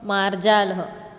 मार्जालः